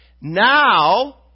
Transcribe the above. Now